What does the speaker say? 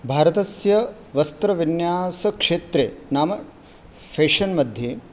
भारतस्य वस्त्रविन्यासक्षेत्रे नाम फ़ेशन् मध्ये